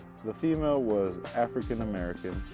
the female was african-american,